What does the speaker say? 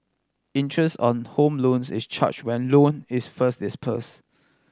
interest on home loans is charge when loan is first disperse